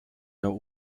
der